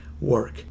work